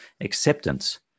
acceptance